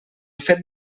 fet